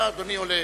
אדוני עולה.